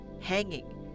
hanging